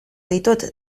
ditut